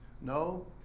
No